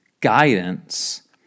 guidance